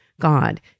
God